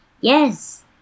Yes